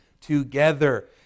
together